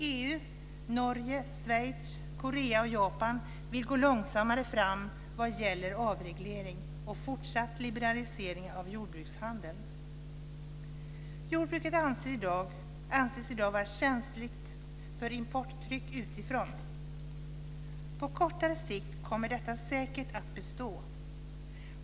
EU, Norge, Schweiz, Korea och Japan vill gå långsammare fram vad gäller avreglering och fortsatt liberalisering av jordbrukshandeln. Jordbruket anses i dag vara särskilt känsligt för importtryck utifrån. På kortare sikt kommer detta säkert att bestå.